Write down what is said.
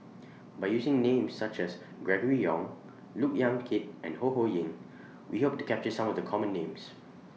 By using Names such as Gregory Yong Look Yan Kit and Ho Ho Ying We Hope to capture Some of The Common Names